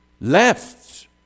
left